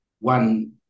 one